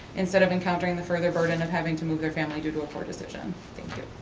instead of encountering the further burden of having to move their family due to a poor decision. thank you.